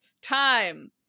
time